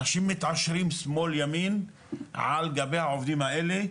אנשים מתעשרים משמאל וימין על גבי העובדים האלה,